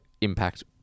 impact